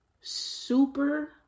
super